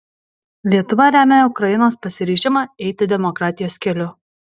lietuva remia ukrainos pasiryžimą eiti demokratijos keliu